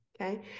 okay